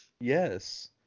yes